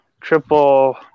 Triple